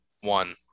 one